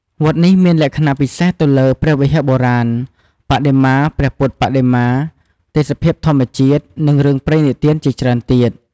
វត្តនេះមានលក្ខណះពិសេសទៅលើ ព្រះវិហារបុរាណ បដិមាព្រះពុទ្ធបដិមា ទេសភាពធម្មជាតិ នឹងរឿងព្រេងនិទានជាច្រើនទៀត ។